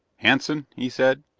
hanson, he said.